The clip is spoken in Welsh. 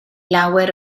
lawer